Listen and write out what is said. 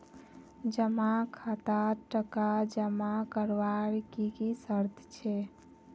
जमा खातात टका जमा करवार की की शर्त छे?